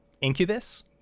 incubus